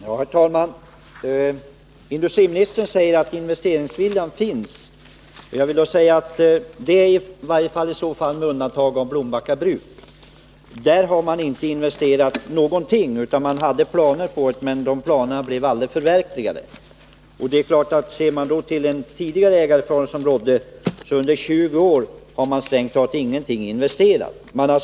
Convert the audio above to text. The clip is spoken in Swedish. Herr talman! Industriministern säger att investeringsviljan finns. Jag vill då säga att det i så fall är med undantag av Blombacka bruk, för där har man inte investerat någonting. Man hade planer på det, men planerna blev aldrig förverkligade. Och ser vi till den tidigare ägarform som rådde har man under 20 år strängt taget inte investerat någonting.